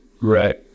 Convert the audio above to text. Right